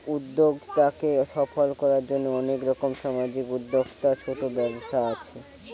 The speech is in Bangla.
উদ্যোক্তাকে সফল কোরার জন্যে অনেক রকম সামাজিক উদ্যোক্তা, ছোট ব্যবসা আছে